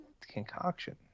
concoction